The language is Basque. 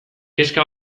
kezka